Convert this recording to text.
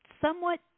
somewhat